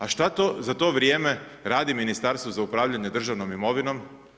A što za to vrijeme radi Ministarstvo za upravljanje državnom imovinom?